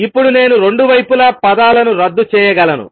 ఇప్పుడు నేను రెండు వైపులా పదాలను రద్దు చేయగలను